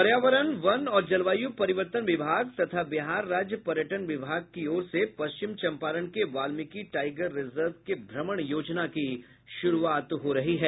पर्यावरण वन और जलवायू परिवर्तन विभाग तथा बिहार राज्य पर्यटन विभाग की ओर से पश्चिमी चम्पारण के वाल्मिकी टाईगर रिजर्व के भ्रमण योजना की शुरूआत हो रही है